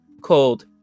called